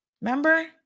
Remember